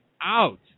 out